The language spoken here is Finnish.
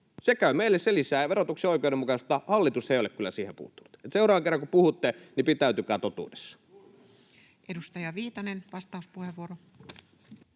Se käy meille, se lisää verotuksen oikeudenmukaisuutta. Hallitus ei ole kyllä siihen puuttunut. Että seuraavan kerran kun puhutte, niin pitäytykää totuudessa. [Speech 120] Speaker: